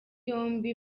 yombi